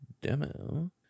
Demo